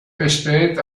besteht